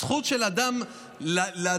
הזכות של אדם להצביע,